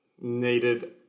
needed